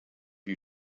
you